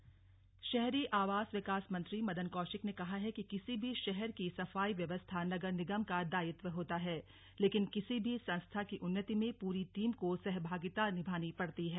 कार्यशाला हरिद्वार शहरी आवास विकास मंत्री मदन कौशिक ने कहा है कि किसी भी शहर की सफाई व्यवस्था नगर निगम का दायित्व होता है लेकिन किसी भी संस्था की उन्नति में पूरी टीम को सहभागिता निभानी पड़ती है